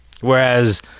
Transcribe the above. Whereas